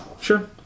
Sure